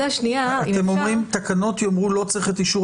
אתם אומרים שהתקנות יאמרו שלא צריך את אישור